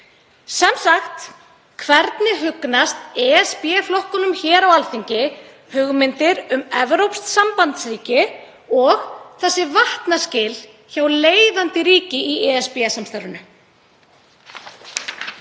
Sem sagt: Hvernig hugnast ESB-flokkunum hér á Alþingi hugmyndir um evrópskt sambandsríki og þessi vatnaskil hjá leiðandi ríki í ESB-samstarfinu?